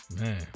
Man